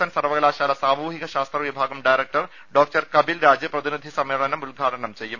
N സർവകലാശാല സാമൂഹിക ശാസ്ത്രവിഭാഗം ഡയറക്ടർ ഡോക്ടർ കപിൽരാജ് പ്രതിനിധി സമ്മേളനം ഉദ്ഘാടനം ചെയ്യും